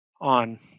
on